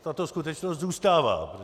Tato skutečnost zůstává.